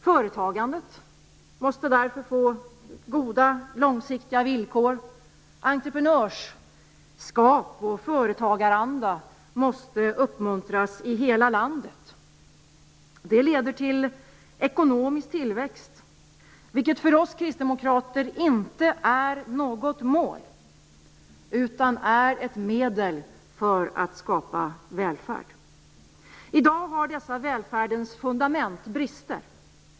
Företagandet måste därför få goda långsiktiga villkor. Entreprenörskap och företagaranda måste uppmuntras i hela landet. Det leder till ekonomisk tillväxt, vilket för oss kristdemokrater inte är något mål utan ett medel för att skapa välfärd. I dag har dessa välfärdens fundament brister.